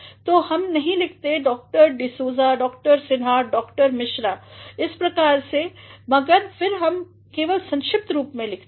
तो हम नहीं लिखते हैंdoctor D'Souza doctor Sinha doctor Mishra इस प्रकार से मगर फिर हम केवल संक्षिप्त रूप लिखते हैं